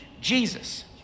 Jesus